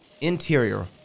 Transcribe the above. Interior